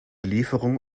lieferung